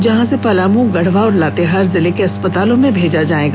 जहां से पलामू गढ़वा और लातेहार जिले के अस्पतालों में भेजा जायेगा